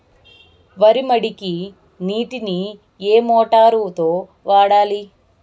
వరి మడికి నీటిని ఏ మోటారు తో వాడాలి?